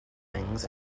things